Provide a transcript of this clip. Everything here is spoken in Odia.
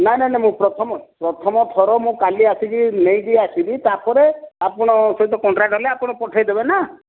ନା ନା ନା ମୁଁ ପ୍ରଥମ ପ୍ରଥମଥର ମୁଁ କାଲି ଆସିକି ନେଇକି ଆସିବି ତାପରେ ଆପଣଙ୍କ ସହିତ କଣ୍ଟ୍ରାକ୍ଟ ହେଲେ ଆପଣ ପଠେଇଦେବେ ନା